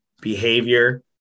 behavior